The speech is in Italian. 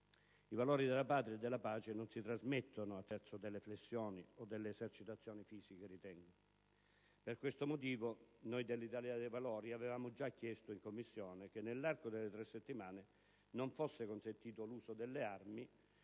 I valori legati alla Patria e alla pace non si trasmettono attraverso flessioni o esercitazioni fisiche. Per questo motivo noi dell' Italia dei Valori avevamo chiesto in Commissione che nell'arco delle tre settimane non fosse consentito l'uso delle armi